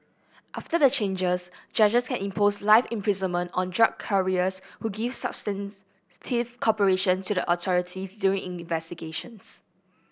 after the changes judges can impose life imprisonment on drug couriers who give substantive cooperation to the authorities during investigations